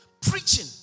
Preaching